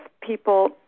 people